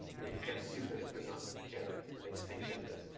you know, you can't sue them if they're not really generous, but they just say generous.